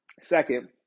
Second